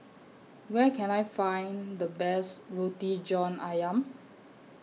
Where Can I Find The Best Roti John Ayam